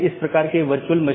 यह चीजों की जोड़ता है